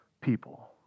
people